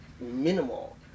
minimal